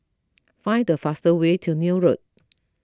find the fastest way to Neil Road